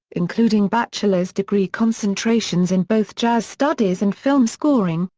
including bachelor's degree concentrations in both jazz studies and film scoring,